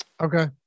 Okay